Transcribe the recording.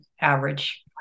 average